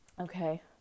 Okay